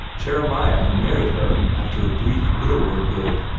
jeremiah had married her after a brief widowerhood,